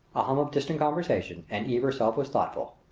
a hum of distant conversation, and eve herself was thoughtful.